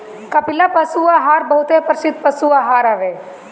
कपिला पशु आहार बहुते प्रसिद्ध पशु आहार हवे